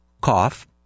cough